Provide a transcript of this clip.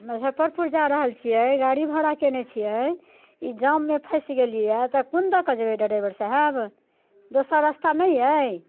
मजफ्फरपुर जा रहल छिए गाड़ी भाड़ा केने छिए ई जाममे फँसि गेलिए तऽ कोन दऽ कऽ जेबै डरेबर सहेब दोसर रस्ता नहि अइ